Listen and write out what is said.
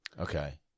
Okay